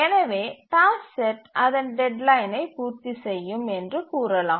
எனவே task set அதன் டெட்லைனை பூர்த்தி செய்யும் என்று கூறலாம்